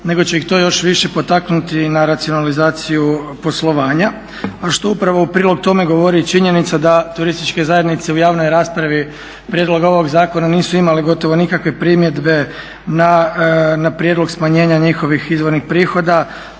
nego će ih to još više potaknuti na racionalizaciju poslovanja, a što upravo u prilog tome govori i činjenica da turističke zajednice u javnoj raspravi prijedloga ovoga zakona nisu imale gotovo nikakve primjedbe na prijedlog smanjenja njihovih izvornih prihoda